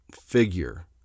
figure